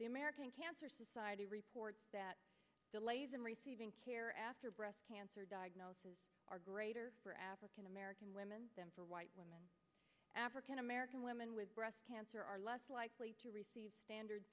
the american cancer society report that delays in receiving care after breast cancer diagnosis are greater for african american women than for white women african american women with breast cancer are less likely to receive standard